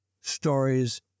stories